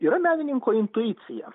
yra menininko intuicija